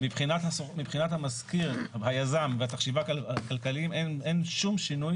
מבחינת היזם והחשיבה הכלכלית - אין שום שינוי